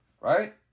Right